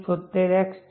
76x છે